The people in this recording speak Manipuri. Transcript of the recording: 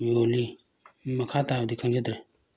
ꯌꯣꯜꯂꯤ ꯃꯈꯥ ꯇꯥꯕꯗꯤ ꯈꯪꯖꯗ꯭ꯔꯦ